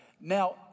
Now